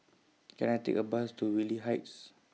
Can I Take A Bus to Whitley Heights